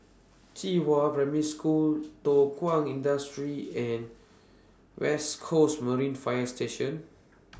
Qihua Primary School Thow Kwang Industry and West Coast Marine Fire Station